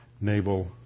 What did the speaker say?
Naval